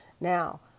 Now